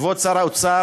כבוד שר האוצר,